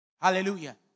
Hallelujah